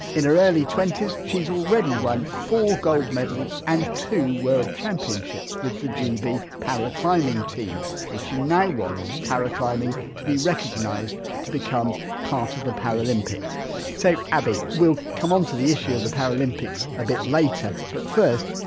in her early twenty s she's already won four gold medals and two world championships with the gb paraclimbing team and she now wants paraclimbing to be recognised to become part of the paralympics so, abbie, we'll come on to the issue of the paralympics a bit later but first,